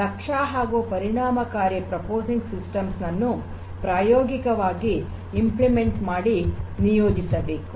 ದಕ್ಷ ಹಾಗೂ ಪರಿಣಾಮಕಾರಿ processing systems ನನ್ನು ಪ್ರಾಯೋಗಿಕವಾಗಿ ಅನುಷ್ಠಾನ ಮಾಡಿ ನಿಯೋಜಿಸಬೇಕು